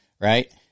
right